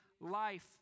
life